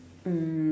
um